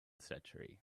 century